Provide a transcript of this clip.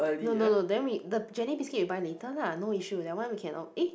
no no no then we the Jenny biscuit we buy later lah no issue that one we can out eh